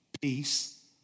peace